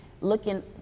looking